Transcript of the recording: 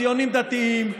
ציונים דתיים,